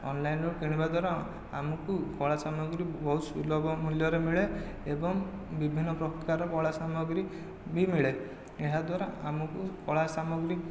ଅନ୍ଲାଇନ୍ରୁ କିଣିବା ଦ୍ଵାରା ଆମକୁ କଳା ସାମଗ୍ରୀ ବହୁତ ସୁଲଭ ମୂଲ୍ୟରେ ମିଳେ ଏବଂ ବିଭିନ୍ନ ପ୍ରକାରର କଳା ସାମଗ୍ରୀ ବି ମିଳେ ଏହାଦ୍ଵାରା ଆମକୁ କଳା ସାମଗ୍ରୀ